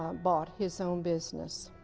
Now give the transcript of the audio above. um bought his own business.